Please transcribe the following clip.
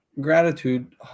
gratitude